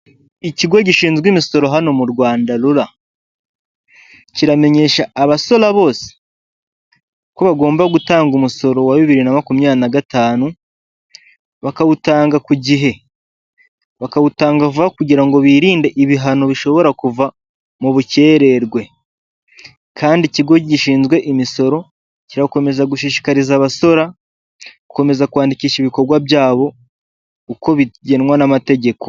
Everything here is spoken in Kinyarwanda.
Ikigo gishinzwe imisoro hano mu rwanda rura kiramenyesha abasora bose ko bagomba gutanga umusoro wa bibiri na makumyabiri na gatanu bakawutanga ku gihe bakawutanga vuba kugira ngo birinde ibihano bishobora kuva mu bukererwe kandi ikigo gishinzwe imisoro kirakomeza gushishikariza abasora gukomeza kwandikisha ibikorwa byabo uko bigenwa n'amategeko .